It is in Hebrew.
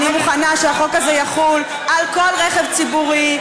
אני מוכנה שהחוק הזה יחול על כל רכב ציבורי,